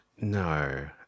no